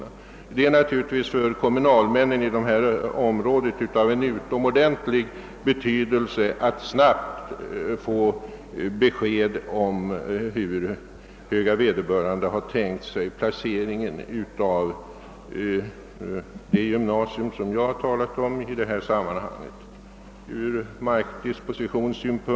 För kommunalmännen i området är det naturligtvis av utomordentligt stor betydelse ur markdispositionssynpunkt, byggnadssynpunkt o.s.v. att snabbt få besked om var höga vederbörande tänkt sig placeringen av det gymnasium som jag berört i min fråga.